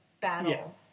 battle